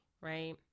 Right